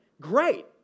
Great